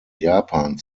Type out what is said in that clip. japan